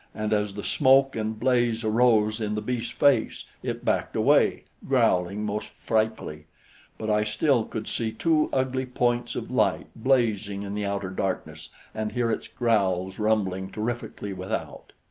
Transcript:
and as the smoke and blaze arose in the beast's face, it backed away, growling most frightfully but i still could see two ugly points of light blazing in the outer darkness and hear its growls rumbling terrifically without.